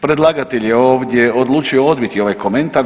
Predlagatelj je ovdje odlučio odbiti ovaj komentar.